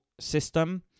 system